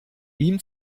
ihm